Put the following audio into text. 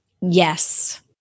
Yes